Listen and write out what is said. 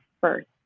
first